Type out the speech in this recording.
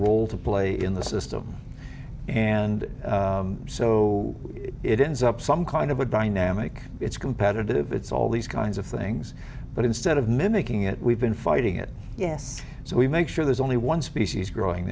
role to play in the system and so it ends up some kind of a dynamic it's competitive it's all these kinds of things but instead of mimicking it we've been fighting it yes so we make sure there's only one species growing